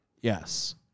Yes